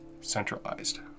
centralized